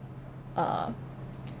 uh